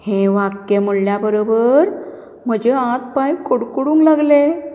हें वाक्य म्हणल्या बरोबर म्हजे हात पांय कडकडूंक लागले